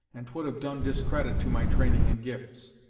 and twould have done discredit to my training and gifts.